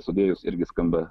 sudėjus irgi skamba